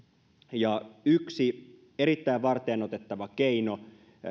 yksi erittäin varteenotettava keino